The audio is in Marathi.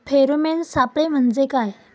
फेरोमेन सापळे म्हंजे काय?